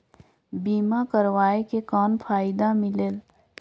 बीमा करवाय के कौन फाइदा मिलेल?